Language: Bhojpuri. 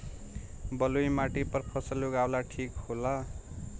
बलुई माटी पर फसल उगावल ठीक होला?